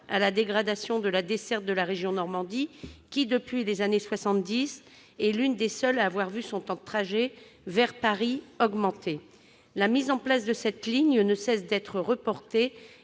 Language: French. à la dégradation de la desserte de la région Normandie, qui, depuis les années 1970, est l'une des seules à avoir vu ses temps de trajet vers Paris augmenter. Or, sa mise en place ne cesse d'être reportée,